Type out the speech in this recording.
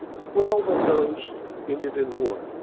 twelve of those ended in war.